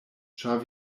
ĉar